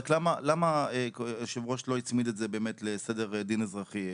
רק למה יושב הראש לא הצמיד את זה לסדר דין אזרחי?